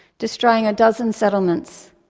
destroying a dozen settlements.